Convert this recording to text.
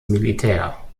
militär